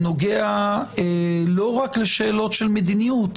שנוגע לא רק לשאלות של מדיניות,